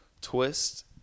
twist